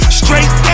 straight